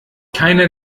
keiner